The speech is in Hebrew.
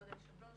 כבוד היושב-ראש,